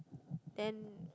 then